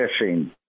fishing